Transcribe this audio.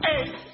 Eight